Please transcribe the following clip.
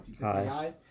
Hi